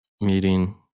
meeting